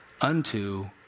unto